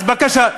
אז בבקשה,